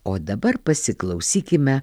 o dabar pasiklausykime